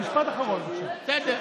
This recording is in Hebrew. משפט אחרון, בבקשה.